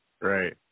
Right